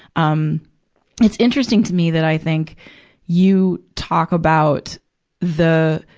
um it's interesting to me that i think you talk about the,